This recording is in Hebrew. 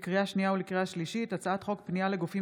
לקריאה שנייה ולקריאה שלישית: הצעת חוק פנייה לגופים